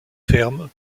fermes